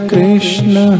Krishna